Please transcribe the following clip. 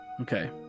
Okay